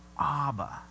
Abba